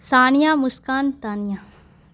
Sania Muskan Tania